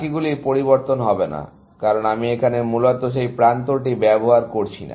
বাকিগুলি পরিবর্তন হবে না কারণ আমি এখানে মূলত সেই প্রান্তটি ব্যবহার করছি না